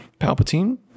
palpatine